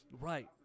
Right